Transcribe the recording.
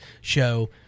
show